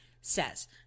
says